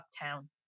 Uptown